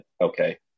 okay